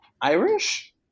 Irish